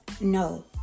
no